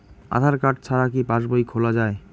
আধার card ছাড়া কি পাসবই খোলা যায়?